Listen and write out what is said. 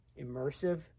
immersive